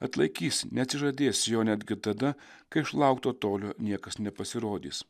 atlaikys neatsižadės jo netgi tada kai iš laukto tolio niekas nepasirodys